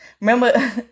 Remember